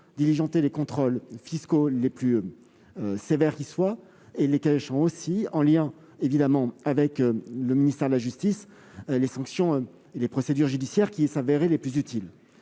diligenter les contrôles fiscaux les plus sévères qui soient et de mettre en oeuvre, en lien avec le ministère de la justice, les sanctions et procédures judiciaires qui s'avéreraient les plus utiles.